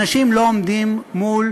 אנשים לא עומדים מול